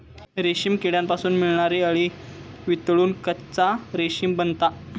रेशीम किड्यांपासून मिळणारी अळी वितळून कच्चा रेशीम बनता